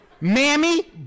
Mammy